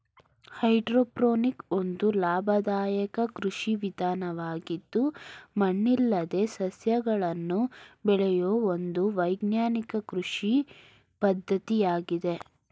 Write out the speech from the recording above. hydroponic ಒಂದು ಲಾಭದಾಯಕ ಕೃಷಿ ವಿಧಾನವಾಗಿದ್ದು ಮಣ್ಣಿಲ್ಲದೆ ಸಸ್ಯಗಳನ್ನು ಬೆಳೆಯೂ ಒಂದು ವೈಜ್ಞಾನಿಕ ಕೃಷಿ ಪದ್ಧತಿಯಾಗಿದೆ